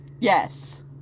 Yes